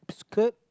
skirt